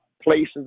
Places